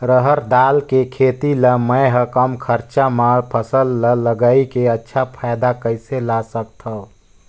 रहर दाल के खेती ला मै ह कम खरचा मा फसल ला लगई के अच्छा फायदा कइसे ला सकथव?